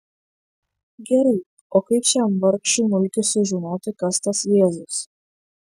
gerai o kaip šiam vargšui mulkiui sužinoti kas tas jėzus